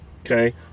okay